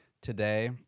today